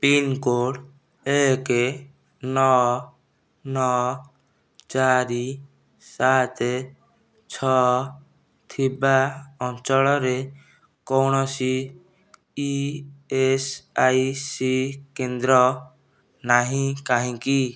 pincode ଏକ ନଅ ନଅ ଚାରି ସାତ ଛଅ ଥିବା ଅଞ୍ଚଳରେ କୌଣସି ଇଏସ୍ଆଇସି କେନ୍ଦ୍ର ନାହିଁ କାହିଁକି